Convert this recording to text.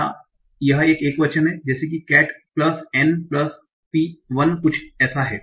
और यह एक बहुवचन है जैसे की केट् प्लस n प्लस p1 कुछ ऐसा है